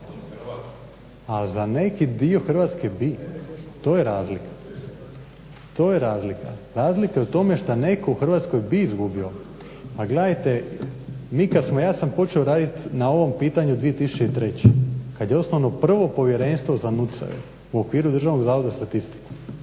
za neki dio Hrvatske bi, to je razlika, to je razlika. Razlika je u tome šta neko u Hrvatskoj bi izgubio. Pa gledajte, mi kada smo, ja sam počeo raditi na ovom pitanju 2003. kad je osnovano prvo povjerenstvo za NUC-eve u okviru Državnog zavoda za statistiku.